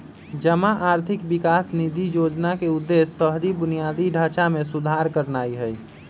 जमा आर्थिक विकास निधि जोजना के उद्देश्य शहरी बुनियादी ढचा में सुधार करनाइ हइ